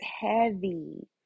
heavy